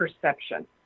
Perception